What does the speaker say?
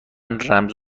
رمز